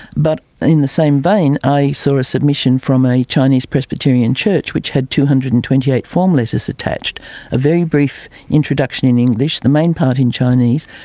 but in the same vein i saw a submission from a chinese presbyterian church which had two hundred and twenty eight form letters attached a very brief introduction in english, the main part in chinese,